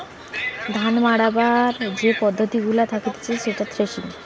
ধান মাড়াবার যে পদ্ধতি গুলা থাকতিছে সেটা থ্রেসিং